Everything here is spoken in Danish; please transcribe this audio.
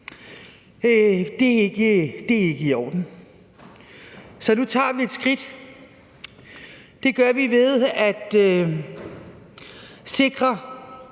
Det er ikke i orden, så nu tager vi et skridt. Og det gør vi ved at sikre,